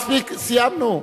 סיימנו.